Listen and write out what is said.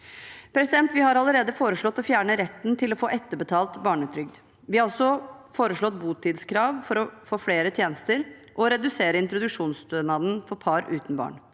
nye tiltak. Vi har allerede foreslått å fjerne retten til å få etterbetalt barnetrygd. Vi har også foreslått botidskrav for å få flere tjenester, og å redusere introduksjonsstønaden for par uten barn.